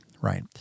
right